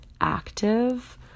active